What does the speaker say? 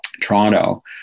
Toronto